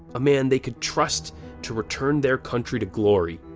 a man they could trust to return their country to glory.